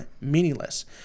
meaningless